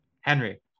Henry